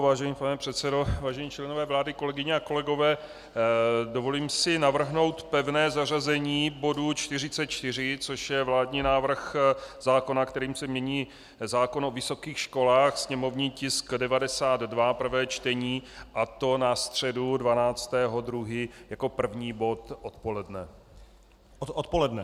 Vážený pane předsedo, vážení členové vlády, kolegyně a kolegové, dovolím si navrhnout pevné zařazení bodu 44, což je vládní návrh zákona, kterým se mění zákon o vysokých školách, sněmovní tisk 92, prvé čtení, a to na středu 12. února jako první bod odpoledne.